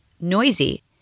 noisy